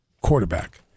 quarterback